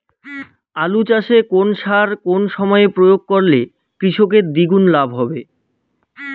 আলু চাষে কোন সার কোন সময়ে প্রয়োগ করলে কৃষকের দ্বিগুণ লাভ হবে?